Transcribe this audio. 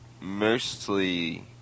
mostly